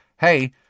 Hey